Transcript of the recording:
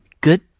good